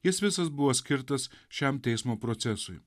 jis visas buvo skirtas šiam teismo procesui